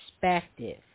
perspective